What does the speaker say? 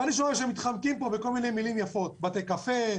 ואני שומע שמתחמקים פה בכל מיני מילים יפות: בתי קפה,